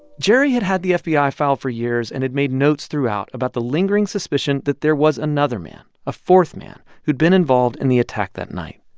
jerry had had the fbi file for years and had made notes throughout about the lingering suspicion that there was another man a fourth man who'd been involved in the attack that night.